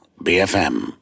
BFM